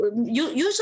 usually